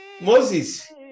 Moses